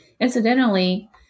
incidentally